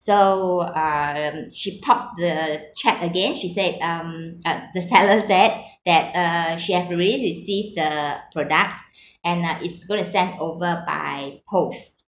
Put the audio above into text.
so um she popped the chat again she said um uh the seller said that that uh she has already received the products and uh is going to sent over by post